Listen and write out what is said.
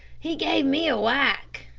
he gave me a whack!